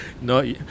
No